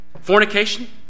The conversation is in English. Fornication